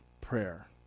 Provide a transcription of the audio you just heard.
Prayer